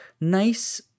nice